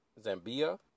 Zambia